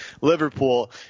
Liverpool